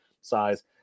size